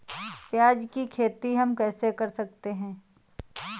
प्याज की खेती हम कैसे कर सकते हैं?